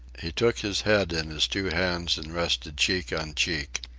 he took his head in his two hands and rested cheek on cheek.